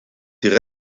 die